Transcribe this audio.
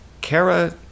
Kara